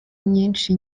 nyinshi